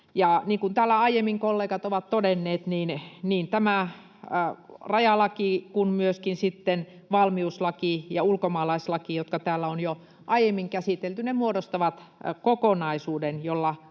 täällä aiemmin kollegat ovat todenneet, niin tämä rajalaki kuin myöskin sitten valmiuslaki ja ulkomaalaislaki, jotka täällä on jo aiemmin käsitelty, muodostavat kokonaisuuden. Ja